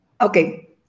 okay